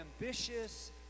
ambitious